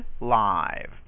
live